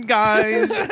guys